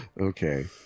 Okay